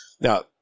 Now